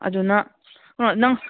ꯑꯗꯨꯅ ꯍꯣꯏ ꯅꯪ